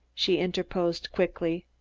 she interposed quickly.